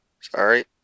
Sorry